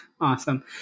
Awesome